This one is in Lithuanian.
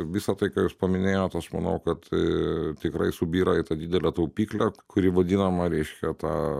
visa tai ką jūs paminėjot aš manau kad tikrai subyra į tą didelę taupyklę kuri vadinama reiškia ta